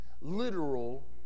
literal